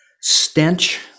stench